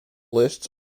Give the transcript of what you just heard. lists